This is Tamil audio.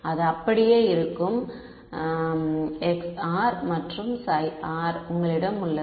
இது அப்படியே இருக்கும் χ r மற்றும் φr உங்களிடம் உள்ளது